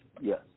Yes